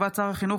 אדוני השר,